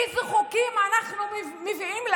אילו חוקים אנחנו מביאים לאזרחים,